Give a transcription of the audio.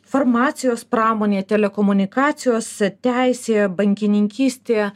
farmacijos pramonė telekomunikacijos teisė bankininkystė